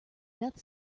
death